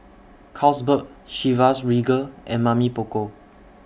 Carlsberg Chivas Regal and Mamy Poko